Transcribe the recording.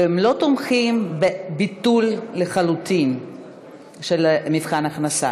והם לא תומכים בביטול של מבחן ההכנסה